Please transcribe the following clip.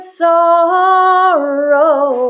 sorrow